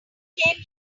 came